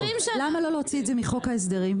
למה לא להוציא את זה מחוק ההסדרים,